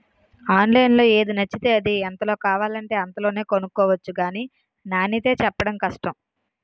ఆన్లైన్లో ఏది నచ్చితే అది, ఎంతలో కావాలంటే అంతలోనే కొనుక్కొవచ్చు గానీ నాణ్యతే చెప్పడం కష్టం